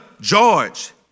George